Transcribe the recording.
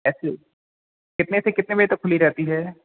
कितने से कितने बजे तक खुली रहती है